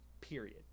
Period